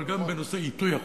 אבל גם בנושא עיתוי החוק.